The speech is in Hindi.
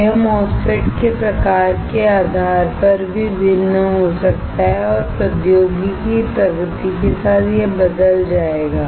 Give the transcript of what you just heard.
यह MOSFET के प्रकार के आधार पर भी भिन्न हो सकता है और प्रौद्योगिकी प्रगति के साथ यह बदल जाएगा